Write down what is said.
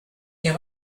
dir